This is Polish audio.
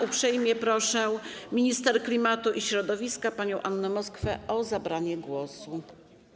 Uprzejmie proszę minister klimatu i środowiska panią Annę Moskwę o zabranie głosu.